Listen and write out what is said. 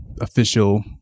official